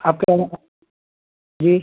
आपके वहाँ जी